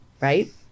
right